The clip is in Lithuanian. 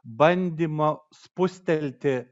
bandymo spustelti